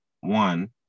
One